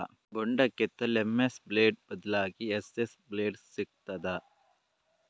ಬೊಂಡ ಕೆತ್ತಲು M S blade ಬದ್ಲಾಗಿ ಎಸ್.ಎಸ್ ಬ್ಲೇಡ್ ಸಿಕ್ತಾದ?